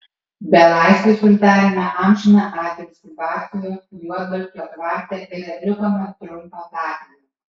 belaisvius uždarėme amžiną atilsį batsiuvio juodvalkio tvarte ir atlikome trumpą tardymą